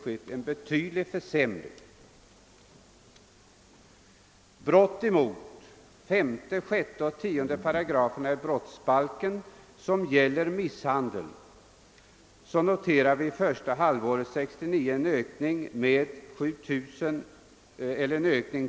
Antalet brott mot 5, 6 och 10 §§ i brottsbalken, som gäller misshandel, har under första halvåret 1969 ökat till 7 749.